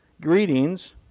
Greetings